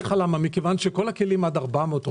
מכיוון שכל הכלים עד 400,